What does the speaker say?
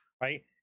right